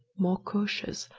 more cautious,